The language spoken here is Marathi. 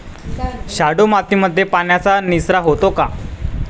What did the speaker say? शाडू मातीमध्ये पाण्याचा निचरा होतो का?